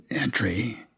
entry